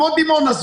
כמו בדימונה,